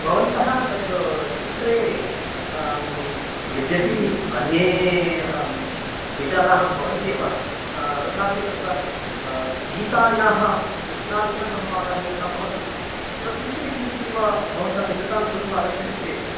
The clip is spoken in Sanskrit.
भवन्तः तत् चित्रे यद्यपि अन्ये विचाराः भवन्ति एव तथापि तत्र गीतायाः कृष्णार्जुनसंवादः यथा भवति तद्विषये किञ्चिदिव भवन्तः सिद्धतां कृत्वा आगच्छन्ति चेत्